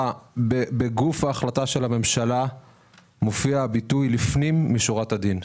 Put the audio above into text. בגוף ההחלטה של הממשלה מופיע הביטוי "לפנים משורת הדין".